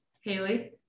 Haley